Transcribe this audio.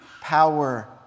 power